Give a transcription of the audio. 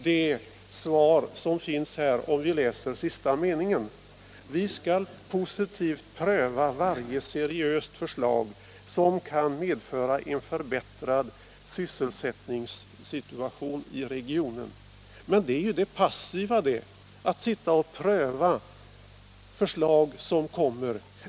Det står i den sista meningen: ”Vi skall positivt pröva varje seriöst förslag som kan medföra en förbättrad sysselsättningssituation i regionen.” Men det är ju det passiva — att sitta och pröva förslag som kommer.